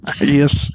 Yes